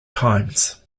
times